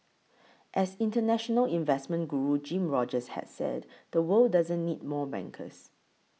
as international investment guru Jim Rogers has said the world doesn't need more bankers